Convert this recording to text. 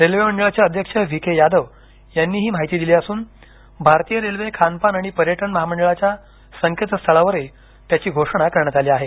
railway मंडळाचे अध्यक्ष V K Yadav यांनी ही माहिती दिली असून भारतीय रेल्वे खानपान आणि पर्यटन महामंडळाच्या संकेतस्थळावरही त्याची घोषणा करण्यात आली आहे